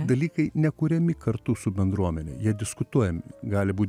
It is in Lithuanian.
dalykai nekuriami kartu su bendruomene jie diskutuojami gali būt